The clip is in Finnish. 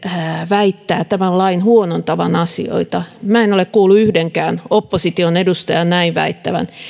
väittää tämän lain huonontavan asioita minä en ole kuullut yhdenkään opposition edustajan näin väittävän